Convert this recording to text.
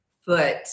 foot